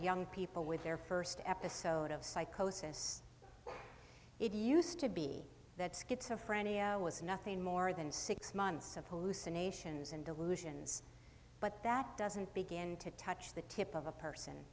young people with their first episode of psychosis it used to be that schizophrenia was nothing more than six months of hallucinations and delusions but that doesn't begin to touch the tip of a person